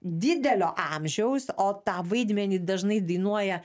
didelio amžiaus o tą vaidmenį dažnai dainuoja